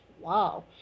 Wow